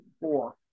four